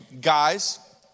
guys